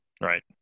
right